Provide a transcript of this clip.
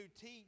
teach